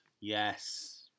Yes